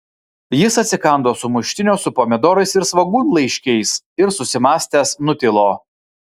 jis atsikando sumuštinio su pomidorais ir svogūnlaiškiais ir susimąstęs nutilo